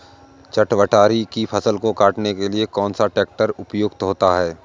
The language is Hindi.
चटवटरी की फसल को काटने के लिए कौन सा ट्रैक्टर उपयुक्त होता है?